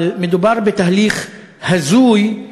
אבל מדובר בתהליך הזוי,